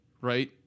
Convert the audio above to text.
right